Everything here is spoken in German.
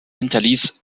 hinterließ